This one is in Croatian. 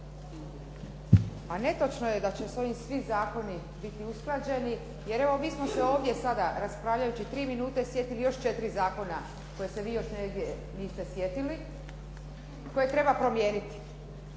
Pa netočno je da će se ovi svi zakoni biti usklađeni jer evo, mi smo se ovdje sada raspravljajući 3 minute sjetili još 4 zakona kojih se vi još negdje niste sjetili koje treba promijeniti